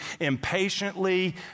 impatiently